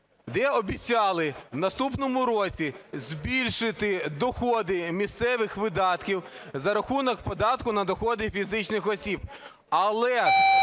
де обіцяли в наступному році збільшити доходи місцевих видатків за рахунок податку на доходи фізичних осіб, але